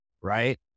right